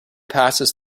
passes